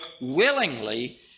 willingly